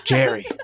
Jerry